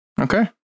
Okay